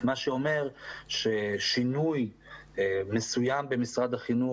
מה שאומר ששינוי מסוים במשרד החינוך,